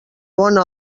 bona